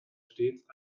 stets